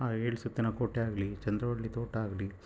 ಆ ಏಳು ಸುತ್ತಿನ ಕೋಟೆ ಆಗಲಿ ಚಂದ್ರವಳ್ಳಿ ತೋಟ ಆಗಲಿ